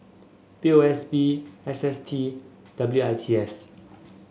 P O S B S S T W I T S